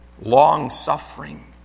long-suffering